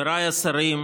חבריי השרים,